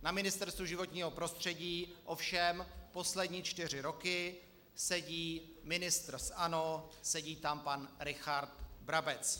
Na Ministerstvu životního prostředí ovšem poslední čtyři roky sedí ministr z ANO, sedí tam pan Richard Brabec.